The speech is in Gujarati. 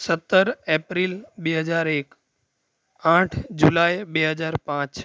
સતર એપ્રિલ બે હજાર એક આઠ જુલાઈ બે હજાર પાંચ